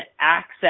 access